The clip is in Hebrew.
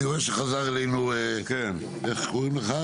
אני רואה שחזר אלינו, איך קוראים לך?